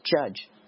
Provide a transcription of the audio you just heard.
judge